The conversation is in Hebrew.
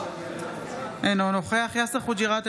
אינו נוכח יאסר חוג'יראת,